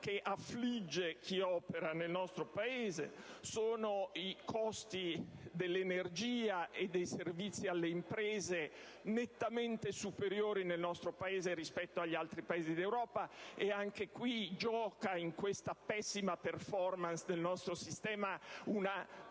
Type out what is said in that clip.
che affligge chi opera nel nostro Paese; sono i costi dell'energia e dei servizi alle imprese, nettamente superiori nel nostro Paese rispetto agli altri Paesi d'Europa; e anche qui, in questa pessima *performance* del nostro sistema,